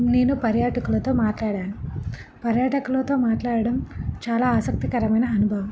నేను పర్యాటకులతో మాట్లాడాను పర్యాటకులతో మాట్లాడడం చాలా ఆసక్తికరమైన అనుభవం